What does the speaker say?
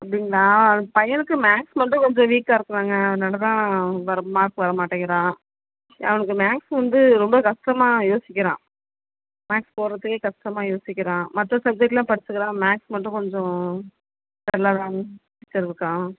அப்படிங்களா பையனுக்கு மேக்ஸ் மட்டும் கொஞ்சம் வீக்காக இருக்குறாங்க அதனால் தான் வர மார்க் வரமாட்டேங்கிறான் அவனுக்கு மேக்ஸ் வந்து ரொம்ப கஷ்டமாக யோசிக்கிறான் மேக்ஸ் போடுறதுக்கே கஷ்டமாக யோசிக்கிறான் மற்ற சப்ஜெக்ட்லாம் படிச்சிக்கிறான் ஆனால் மேக்ஸ் மட்டும் கொஞ்சம் டல்லாக தான் டீச்சர் இருக்கான்